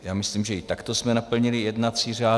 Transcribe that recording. Já myslím, že i takto jsme naplnili jednací řád.